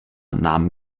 nahm